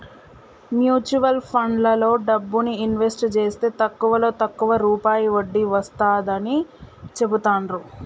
mutual ఫండ్లలో డబ్బుని invest జేస్తే తక్కువలో తక్కువ రూపాయి వడ్డీ వస్తాడని చెబుతాండ్రు